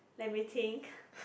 let me think